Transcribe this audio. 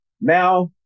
Now